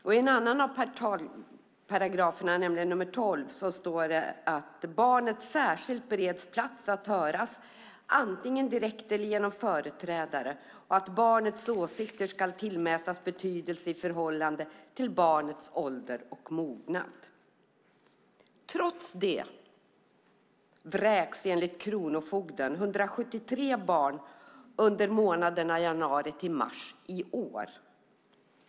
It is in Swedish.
I en annan portalparagraf, nämligen nr 12, står det att barnet särskilt ska beredas plats att höras, antingen direkt eller genom företrädare och att barnets åsikter ska tillmätas betydelse i förhållande till barnets ålder och mognad. Trots det vräktes, enligt kronofogden, 173 barn under januari-mars i år.